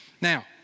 Now